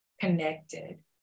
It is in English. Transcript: connected